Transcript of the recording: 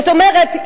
זאת אומרת,